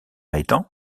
étant